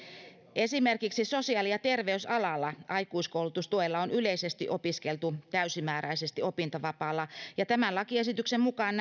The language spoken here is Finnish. esimerkiksi sosiaali ja terveysalalla aikuiskoulutustuella on yleisesti opiskeltu täysimääräisesti opintovapaalla ja tämän lakiesityksen mukaan